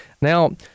Now